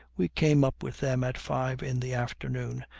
we came up with them at five in the afternoon,